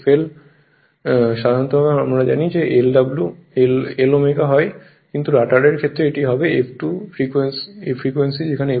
কারণ সাধারণভাবে আমরা জানি Lw হয় কিন্তু রটারের ক্ষেত্রে এটি হবে F2 হল ফ্রিকোয়েন্সি F2 sf তাই তাই এখানে s আছে